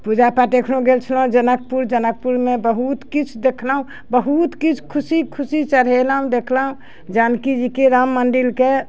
पूजा पाठ एखनो गेल छलौहँ जनकपुर जनकपुरमे बहुत किछु देखलहुँ बहुत किछु खुशी खुशी चढ़ेलहुँ देखलहुँ जानकी जीके राम मन्दिरके